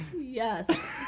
Yes